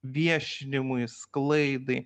viešinimui sklaidai